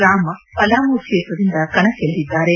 ರಾಮ್ ಪಲಾಮು ಕ್ಷೇತ್ರದಿಂದ ಕಣಕ್ಕಿಳಿದಿದ್ದಾರೆ